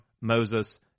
Moses